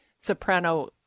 soprano